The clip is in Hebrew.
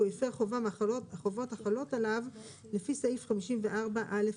הוא הפר חובה מהחובות החלות עליו לפי סעיף 54 א,